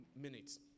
minutes